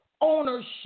ownership